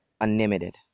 Unlimited